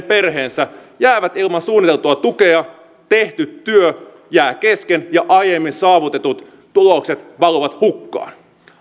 perheensä jäävät ilman suunniteltua tukea tehty työ jää kesken ja aiemmin saavutetut tulokset valuvat hukkaan